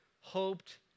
hoped